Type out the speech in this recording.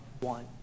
one